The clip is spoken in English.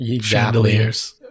chandeliers